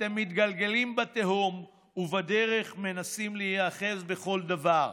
אתם מתגלגלים לתהום ובדרך מנסים להיאחז בכל דבר.